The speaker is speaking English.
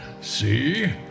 See